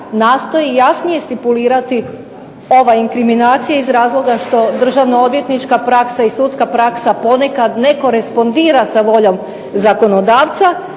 nastoji jasnije stipulirati ova inkriminacija iz razloga što državno-odvjetnička praksa i sudska praksa ponekad ne korespondira sa voljom zakonodavca,